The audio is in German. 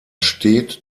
steht